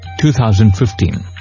2015